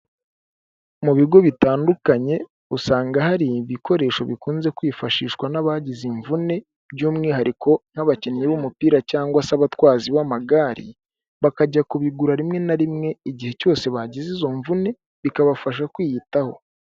Mu bigo bitandukanye, usanga hari ibikoresho bikunze kwifashishwa n'abagize imvune, by'umwihariko nk'abakinnyi b'umupira cyangwa se abatwazi b'amagare, bakajya kubigura rimwe na rimwe igihe cyose bagize izo mvune, bikabafasha kwiyitaho.